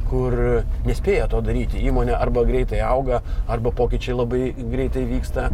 kur nespėja to daryti įmonė arba greitai auga arba pokyčiai labai greitai vyksta